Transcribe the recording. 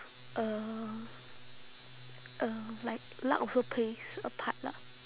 uh uh like luck also plays a part lah